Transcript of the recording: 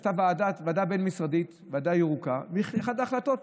היא עשתה ועדה ירוקה בין-משרדית, ואחת ההחלטות